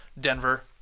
Denver